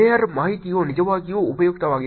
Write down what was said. mayor ಮಾಹಿತಿಯು ನಿಜವಾಗಿಯೂ ಉಪಯುಕ್ತವಾಗಿದೆ